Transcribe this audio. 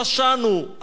פשענו,